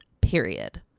period